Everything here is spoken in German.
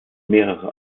mehrere